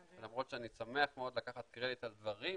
למרות שאני שמח מאוד לקחת קרדיט על דברים,